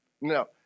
No